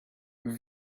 have